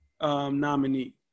nominee